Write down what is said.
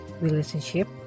relationship